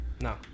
No